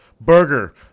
Burger